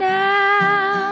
now